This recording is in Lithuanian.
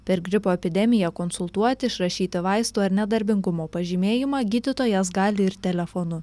per gripo epidemiją konsultuoti išrašyti vaistų ar nedarbingumo pažymėjimą gydytojas gali ir telefonu